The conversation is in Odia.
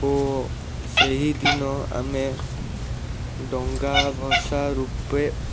ଓ ସେହିଦିନ ଆମେ ଡଙ୍ଗା ଭସା ରୂପେ